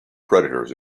predators